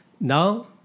Now